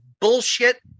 bullshit